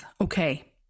Okay